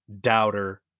doubter